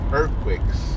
earthquakes